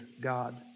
God